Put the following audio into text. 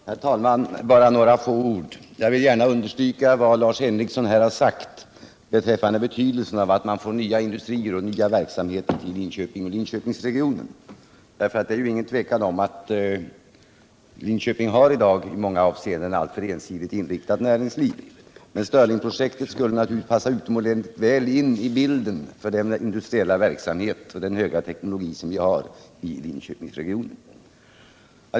Nr 45 Herr talman! Jag skall bara säga några få ord. Fredagen den Jag vill gärna understryka vad Lars Henrikson sagt om betydelsen av 9 december 1977 att få nya industrier och verksamheter till Linköpingsregionen. Detråder = ju inget tvivel om att Linköping i dag i många avseenden har ett alltför Om sysselsättningsensidigt inriktat näringsliv. Och Stirlingprojektet skulle naturligtvis = situationen i passa mycket väl in i bilden för den industriella verksamhet och höga — Linköping teknologi som finns i Linköpingsregionen.